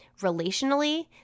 relationally